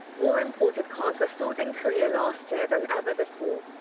more imported cars were sold in korea last year than ever before.